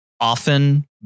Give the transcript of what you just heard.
often